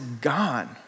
gone